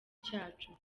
cyacu